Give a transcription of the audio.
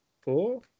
four